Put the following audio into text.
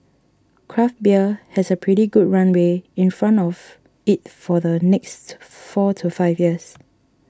craft beer has a pretty good runway in front of it for the next four to five years